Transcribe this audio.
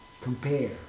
compare